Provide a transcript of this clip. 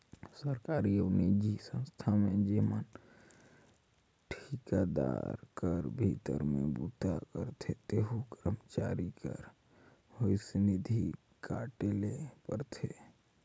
सरकारी अउ निजी संस्था में जेमन ठिकादार कर भीतरी में बूता करथे तेहू करमचारी कर भविस निधि काटे ले परथे